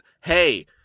hey